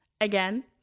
Again